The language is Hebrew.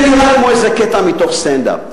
זה נראה כמו איזה קטע מתוך סטנד-אפ,